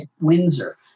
Windsor